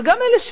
אבל גם אלה,